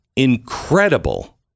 Incredible